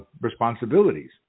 responsibilities